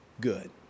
good